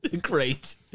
Great